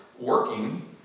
working